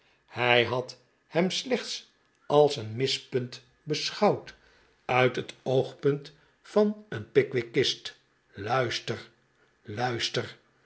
hij had hem slechts als een mispunt besehouwd uit het oogpunt van een pickwickist luister luister